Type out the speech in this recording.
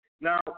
Now